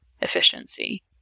efficiency